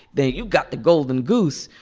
then you got the golden goose.